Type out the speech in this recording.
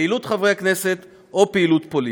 פעילות חברי כנסת או פעילות פוליטית.